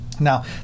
Now